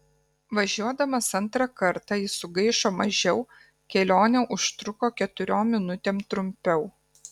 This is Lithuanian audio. važiuodamas antrą kartą jis sugaišo mažiau kelionė užtruko keturiom minutėm trumpiau